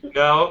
no